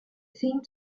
seemed